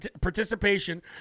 participation